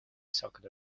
socket